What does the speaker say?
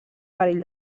perill